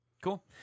Cool